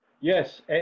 Yes